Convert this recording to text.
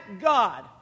God